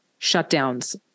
shutdowns